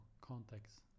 context